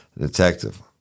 Detective